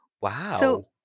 Wow